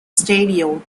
stadio